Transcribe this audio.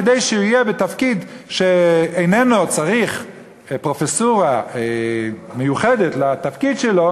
כדי שהוא יהיה בתפקיד שהוא איננו צריך פרופסורה מיוחדת לתפקיד שלו,